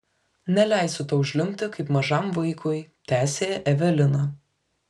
neleisiu tau žliumbti kaip mažam vaikui tęsė evelina